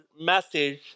message